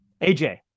aj